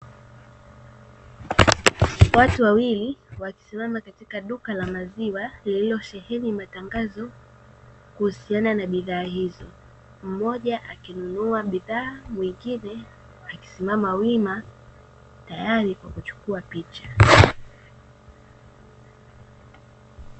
Watu wawili wakisimama katika duka la maziwa lililosheheni matangazo kuhusiana na bidhaa hizo, mmoja akinunua bidhaa mwingine akisimama wima tayari kwa kuchukua picha.